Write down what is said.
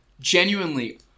genuinely